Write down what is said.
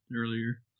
earlier